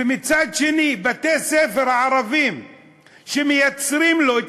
ומצד שני מבתי-ספר ערביים שמייצרים לו את